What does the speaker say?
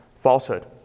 falsehood